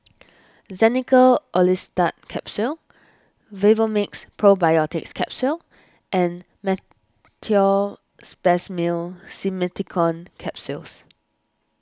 Xenical Orlistat Capsules Vivomixx Probiotics Capsule and Meteospasmyl Simeticone Capsules